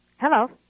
Hello